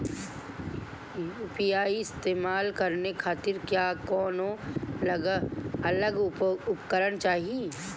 UPI इस्तेमाल करने खातिर क्या कौनो अलग उपकरण चाहीं?